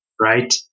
right